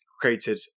created